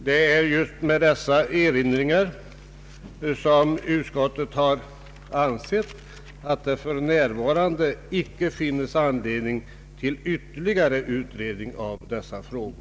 Det är just med dessa erinringar som utskottet har ansett att det för närvarande inte finns anledning till ytterligare utredning av dessa frågor.